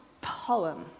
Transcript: poem